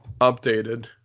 updated